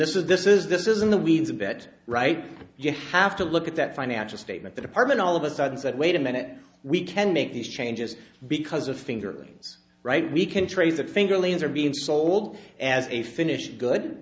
this is this is this is in the weeds a bit right you have to look at that financial statement the department all of a sudden said wait a minute we can make these changes because of fingerlings right we can trace the fingerlings are being sold as a finished good